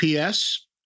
PS